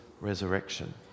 resurrection